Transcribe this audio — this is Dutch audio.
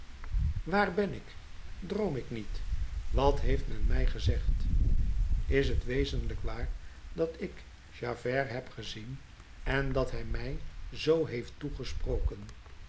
waar ben ik droom ik niet wat heeft men mij gezegd is t wezenlijk waar dat ik javert heb gezien en dat hij mij zoo heeft toegesproken